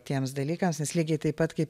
tiems dalykams nes lygiai taip pat kaip